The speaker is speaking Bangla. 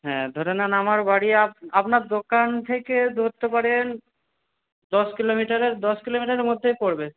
হ্যাঁ ধরে নেন আমার বাড়ি আপনার দোকান থেকে ধরতে পারেন দশ কিলোমিটারের দশ কিলোমিটারের মধ্যেই পড়বে